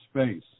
space